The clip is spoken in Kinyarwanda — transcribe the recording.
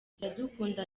iradukunda